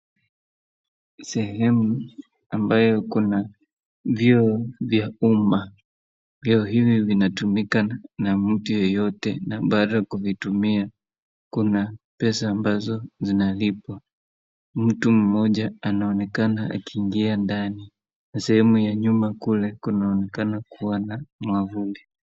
Sehemu ambayo kuna vyoo vya umma. Vyoo hivi vinatumika na mtu yeyote na baada ya kuvitumia kuna pesa ambazo zinalipwa. Mtu mmoja anaonekana akiingia ndani na sehemu ya nyuma kule kunaonekana kuwa na mwavuli.